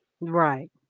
Right